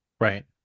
Right